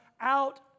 out